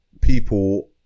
people